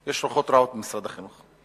יש רוחות רעות במשרד החינוך.